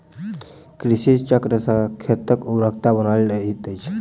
कृषि चक्र सॅ खेतक उर्वरता बनल रहैत अछि